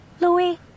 Louis